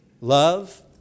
Love